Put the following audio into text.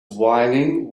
whinnying